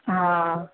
हा